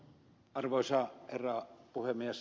arvoisa herra puhemies